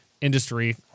industry